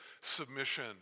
submission